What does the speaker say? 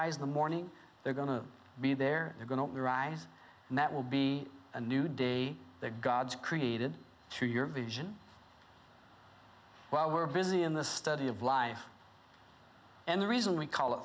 eyes the morning they're going to be there they're going to rise and that will be a new day their god created through your vision while we're busy in the study of life and the reason we call it